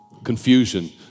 Confusion